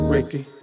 Ricky